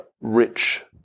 rich